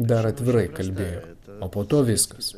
dar atvirai kalbėjo o po to viskas